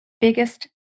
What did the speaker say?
biggest